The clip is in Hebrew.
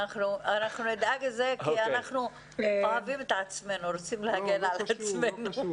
אנחנו נדאג לזה כי אנחנו אוהבים רוצים להגן על עצמנו ואוהבים את עצמנו.